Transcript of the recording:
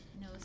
No